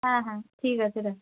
হ্যাঁ হ্যাঁ ঠিক আছে রাখ